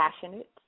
passionate